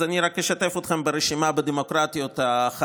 אז אני רק אשתף אתכם ברשימה של הדמוקרטיות החדשות: